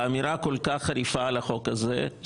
באמירה כל כך חריפה על החוק הזה,